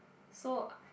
so